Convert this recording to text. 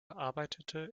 arbeitete